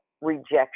rejection